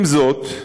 עם זאת,